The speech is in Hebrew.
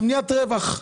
זאת מניעת רווח,